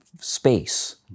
space